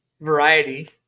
variety